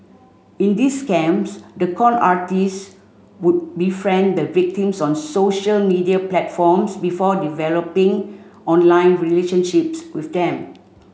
in these scams the con artists would befriend the victims on social media platforms before developing online relationships with them